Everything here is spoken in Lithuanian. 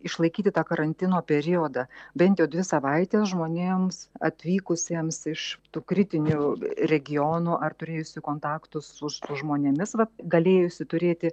išlaikyti tą karantino periodą bent jau dvi savaites žmonėms atvykusiems iš tų kritinių regionų ar turėjusių kontaktų su su žmonėmis va galėjusių turėti